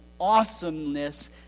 awesomeness